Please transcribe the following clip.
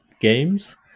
games